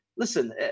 Listen